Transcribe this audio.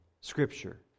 Scripture